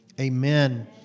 Amen